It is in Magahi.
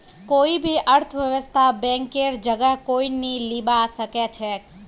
कोई भी अर्थव्यवस्थात बैंकेर जगह कोई नी लीबा सके छेक